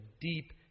deep